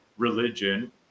religion